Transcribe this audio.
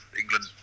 England